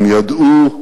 הם ידעו,